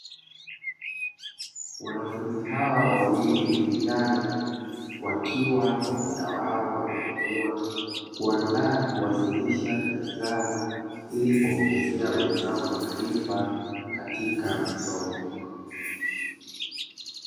Wanafunzi hawa wawili vijana wakiwa kwa muda wao wameamua kuandaa kuwasilisha kazi zao ili kuwaongezea wenzao maarifa katika masomo.